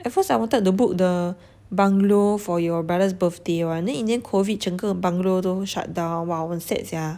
at first I wanted the book the bungalow for your brother's birthday [one] then in the end COVID 整个 bungalow 都 shut down !wah! 我很 sad sia